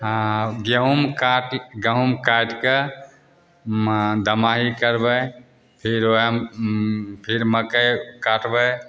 हँ गहूम काटि गहूम काटिके दमाही करबै फिर वएह फेर मकइ काटबै